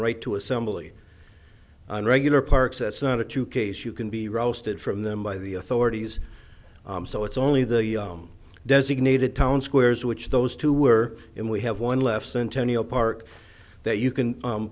right to assembly and regular parks that's not a true case you can be roasted from them by the authorities so it's only the designated town squares which those two were in we have one left centennial park that you can